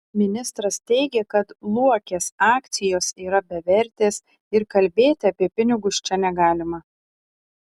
ministras teigė kad luokės akcijos yra bevertės ir kalbėti apie pinigus čia negalima